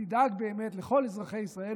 שתדאג באמת לכל אזרחי ישראל,